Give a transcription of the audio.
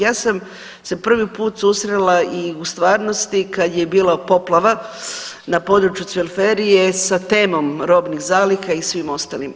Ja sam se prvi put susrela i u stvarnosti kad je bila poplava na području Cvelferije sa temom robnih zaliha i svim ostalim.